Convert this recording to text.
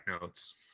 notes